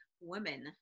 women